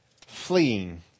fleeing